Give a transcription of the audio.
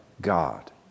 God